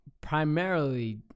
primarily